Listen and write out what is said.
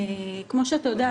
כמו שאתה יודע,